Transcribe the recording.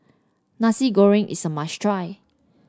Nasi Goreng is a must try